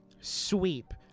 sweep